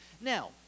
Now